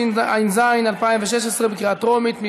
התשע"ז 2016, בקריאה הטרומית.